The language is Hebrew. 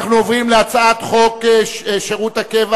אנחנו עוברים להצעת חוק שירות הקבע